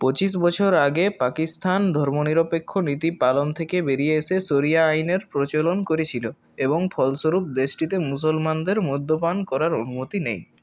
পঁচিশ বছর আগে পাকিস্তান ধর্মনিরপেক্ষ নীতি পালন থেকে বেরিয়ে এসে শরিয়া আইনের প্রচলন করেছিল এবং ফলস্বরূপ দেশটিতে মুসলমানদের মদ্যপান করার অনুমতি নেই